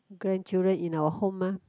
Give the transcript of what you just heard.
grandchildren in our home mah